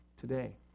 today